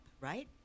right